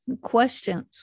Questions